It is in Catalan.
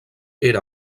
era